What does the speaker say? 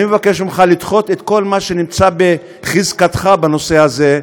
אני מבקש ממך לדחות את כל מה שנמצא בחזקתך בנושא הזה,